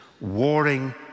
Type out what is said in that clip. warring